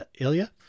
Ilya